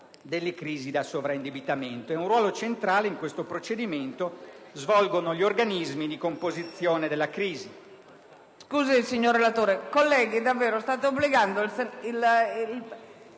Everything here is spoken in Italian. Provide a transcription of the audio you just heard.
delle crisi da sovraindebitamento. Un ruolo centrale in questo procedimento svolgono gli organismi di composizione della crisi.